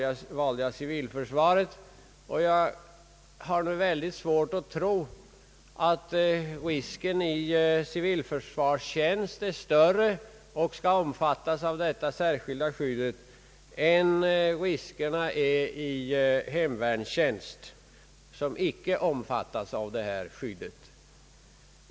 Jag valde civilförsvaret, och jag har nu väldigt svårt att tro att risken i civilförsvarstjänst är större — och att den som fullgör sådan tjänst därför skall ha detta särskilda skydd — än risken är i hemvärnstjänst, som icke omfattas av skyddet.